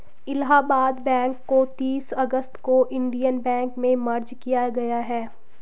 Allahabad bank को तीस अगस्त को इन्डियन बैंक में मर्ज किया गया है